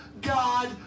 God